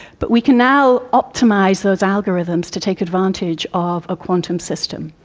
but we can now optimise those algorithms to take advantage of a quantum system.